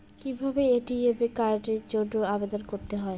কিভাবে এ.টি.এম কার্ডের জন্য আবেদন করতে হয়?